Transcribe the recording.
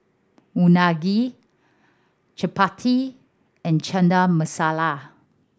Unagi Chapati and Chana Masala